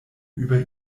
über